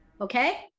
Okay